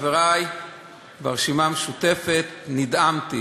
לחברי ברשימה המשותפת, נדהמתי.